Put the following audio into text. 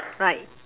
right